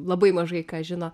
labai mažai ką žino